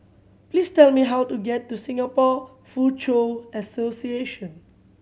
please tell me how to get to Singapore Foochow Association